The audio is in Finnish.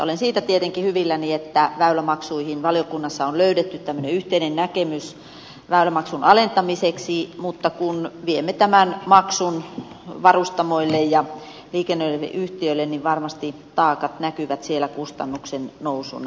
olen siitä tietenkin hyvilläni että väylämaksuihin valiokunnassa on löydetty tämmöinen yhteinen näkemys väylämaksun alentamiseksi mutta kun viemme tämän maksun varustamoille ja liikennöiville yhtiöille niin varmasti taakat näkyvät siellä kustannuksen nousuna